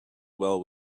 well